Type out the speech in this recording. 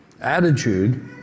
attitude